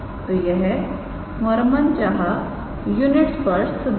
तो यह हमारा मन चाहा यूनिट स्पर्श सदिश है